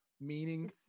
meaning